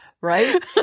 Right